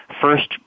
first